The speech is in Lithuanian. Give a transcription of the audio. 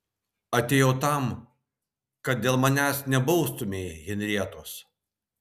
atėjau tam kad dėl manęs nebaustumei henrietos